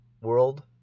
world